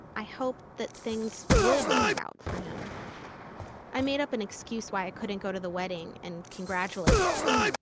i hoped that things would work out for him i made up an excuse why i couldn't go to the wedding, and congratulated him.